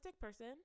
person